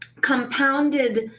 compounded